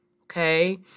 okay